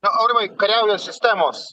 na aurimai kariauja sistemos